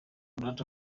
data